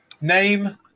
name